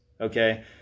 Okay